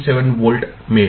97 volt मिळेल